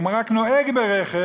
אם הוא רק נוהג ברכב,